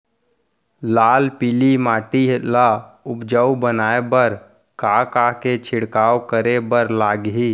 लाल पीली माटी ला उपजाऊ बनाए बर का का के छिड़काव करे बर लागही?